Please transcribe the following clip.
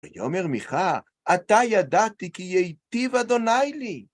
ויאמר מיכה, עתה ידעתי כי הייטיב ה' לי.